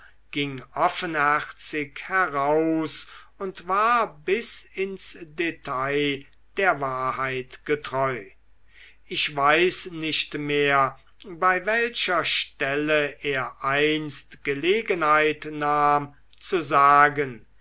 ging offenherzig heraus und war bis ins detail der wahrheit getreu ich weiß nicht mehr bei welcher stelle er einst gelegenheit nahm zu sagen